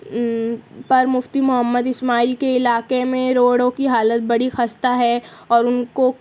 پر مفتی محمد اسماعیل کے علاقے میں روڈوں کی حالت بڑی خستہ ہے اور ان کو